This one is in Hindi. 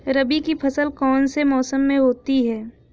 रबी की फसल कौन से मौसम में होती है?